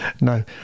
No